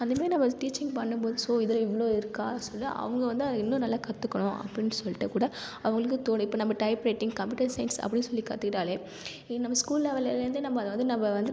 அந்தமாரி நம்ம டீச்சிங் பண்ணும்போது ஸோ இதில் இவ்வளோ இருக்கா சொல்லி அவங்க வந்து அதை இன்னும் நல்லா கற்றுக்கணும் அப்படினு சொல்லிட்டே கூட அவங்களுக்கு தோணும் இப்போ நம்ம டைப்ரைட்டிங் கம்ப்யூட்டர் சைன்ஸ் அப்படினு சொல்லி கற்றுக்கிட்டாலே ஏன் நம்ம ஸ்கூல் லெவல்லேருந்தே நம்ம அதை வந்து நம்ம வந்து